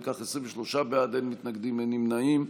אם כך, 23 בעד, אין מתנגדים, אין נמנעים.